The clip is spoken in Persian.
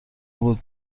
بود